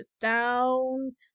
down